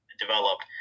developed